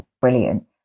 brilliant